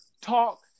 talk